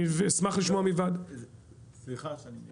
אשמח לשמוע --- סליחה שאני קוטע אותך.